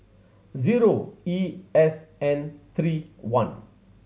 zero E S N three one